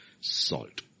salt